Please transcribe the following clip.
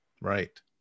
Right